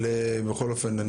בכל אופן,